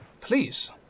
Please